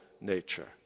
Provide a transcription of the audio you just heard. nature